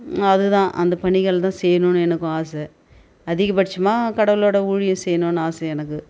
அது தான் அந்த பணிகள் தான் செய்யணுன்னு எனக்கும் ஆசை அதிகபட்சமான கடவுளோடய ஊழியம் செய்யணுன்னு ஆசை எனக்கு